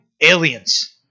aliens